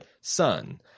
son